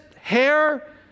hair